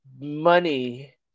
money